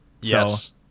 yes